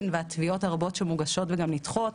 ועל התביעות הרבות שמוגשות וגם נדחות.